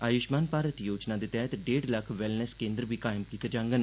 आयुष्मान भारत योजना दे तैहत डेढ़ लक्ख वैलनेस केन्द्र बी कायम कीते जाङन